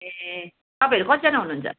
ए तपाईँहरू कतिजना हुनुहुन्छ